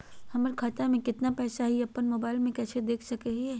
हमर खाता में केतना पैसा हई, ई अपन मोबाईल में कैसे देख सके हियई?